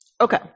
Okay